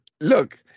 Look